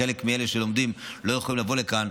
חלק מאלה שלומדים לא יכולים לבוא לכאן.